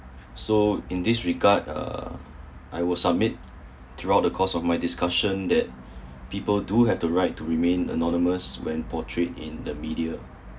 so in this regard uh I would submit throughout the course of my discussion that people do have the right to remain anonymous when portrait in the media